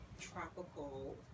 tropical